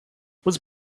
was